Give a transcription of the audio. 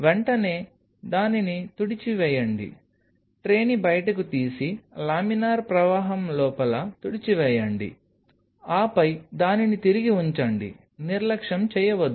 వెంటనే దానిని తుడిచివేయండి ట్రేని బయటకు తీసి లామినార్ ప్రవాహం లోపల తుడిచివేయండి ఆపై దానిని తిరిగి ఉంచండి నిర్లక్ష్యం చేయవద్దు